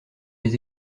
les